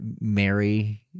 Mary